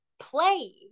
play